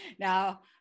Now